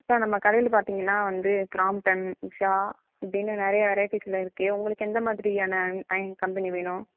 sir நம்ம கடையில் பார்த்திங்கன்னா வந்து கிராம்டன் உஷா இப்படின்னு நிறையா வெரைட்டிஸில் இருக்குது உங்களுக்கு எந்த மாதிரியான அயன் கம்பெனி வேணும்